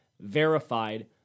verified